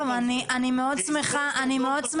בכל אופן, אני גם אתחיל